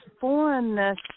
foreignness